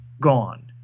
gone